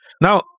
now